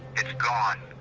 it's gone.